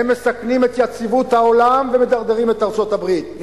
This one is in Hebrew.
והם מסכנים את יציבות העולם ומדרדרים את ארצות-הברית,